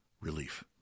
relief